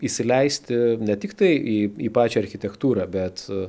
įsileisti ne tiktai į į pačią architektūrą bet